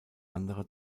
andere